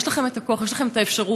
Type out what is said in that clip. יש לכן הכוח, יש לכן האפשרות.